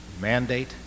mandate